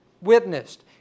witnessed